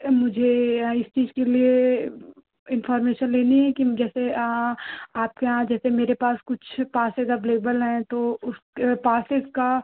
मुझे इस चीज के लिए इनफार्मेशन लेनी है कि जैसे आपके यहाँ जैसे मेरे पास कुछ पासेस अवेलेबल हैं तो उस पासेस का